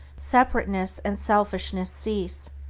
separateness and selfishness cease,